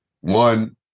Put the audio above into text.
one